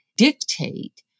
dictate